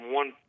one